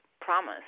promise